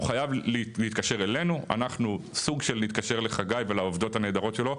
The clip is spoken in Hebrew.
הוא חייב להתקשר אלינו אנחנו סוג של נתקשר לחגי ולעובדות הנהדרות שלו,